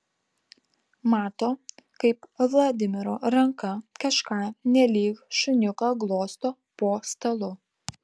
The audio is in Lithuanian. mato kaip vladimiro ranka kažką nelyg šuniuką glosto po stalu